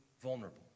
vulnerable